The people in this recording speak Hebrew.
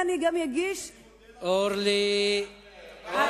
אני מודה לך על